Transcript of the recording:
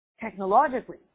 technologically